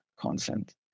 consent